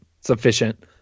sufficient